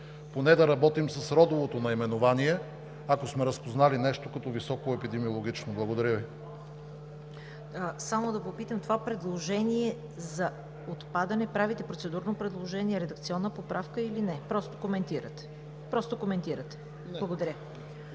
поне да работим с родовото наименование, ако сме разпознали нещо като високо епидемиологично. Благодаря Ви.